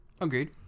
Agreed